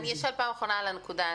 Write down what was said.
אשאל פעם אחרונה על הנקודה הזו.